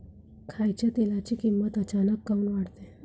खाच्या तेलाची किमत अचानक काऊन वाढते?